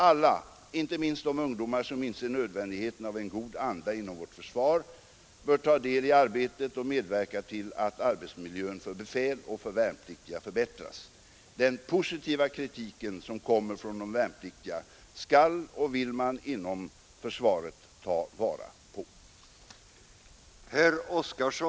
Alla — inte minst de ungdomar som inser nödvändigheten av en god anda inom vårt försvar — bör ta del i arbetet och medverka till att arbetsmiljön för befäl och värnpliktiga förbättras. Den positiva kritiken som kommer från den värnpliktiga skall och vill man inom försvaret ta vara på.